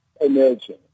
emerging